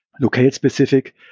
locale-specific